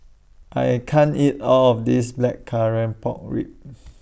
I can't eat All of This Blackcurrant Pork Ribs